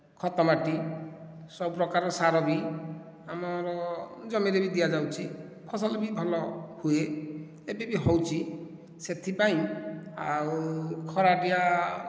ଖତ ମାଟି ସବୁପ୍ରକାର ସାର ବି ଆମର ଜମିରେ ବି ଦିଆ ଯାଉଛି ଫସଲ ବି ଭଲ ହୁଏ ଏବେ ବି ହେଉଛି ସେଥିପାଇଁ ଆଉ ଖରାଟିଆ